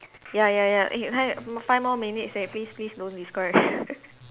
ya ya ya eh five five more minutes leh please please don't describe